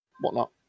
whatnot